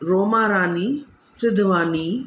Roma Rani Sidhwani